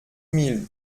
mille